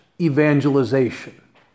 evangelization